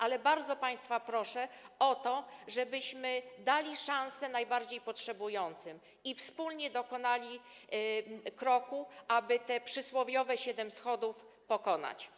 Ale bardzo państwa proszę o to, żebyśmy dali szansę najbardziej potrzebującym i wspólnie zrobili krok, aby te przysłowiowe siedem schodów pokonać.